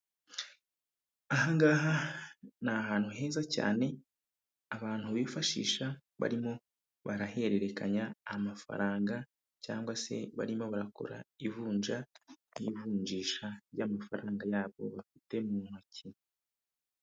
Aha ngaha ni ahantu heza cyane abantu bifashisha barimo barahererekanya amafaranga cyangwa se barimo barakora ivunja n'ivunjisha ry'amafaranga yabo bafite mu ntoki.